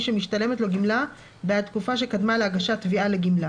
שמשתלמת לו גמלה בעד תקופה שקדמה להגשת התביעה לגמלה,